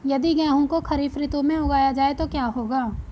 यदि गेहूँ को खरीफ ऋतु में उगाया जाए तो क्या होगा?